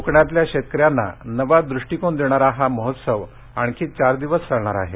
कोकणातल्या शेतकऱ्यांना नवा दृष्टिकोन देणारा हा महोत्सव आणखी चार दिवस चालणार आहे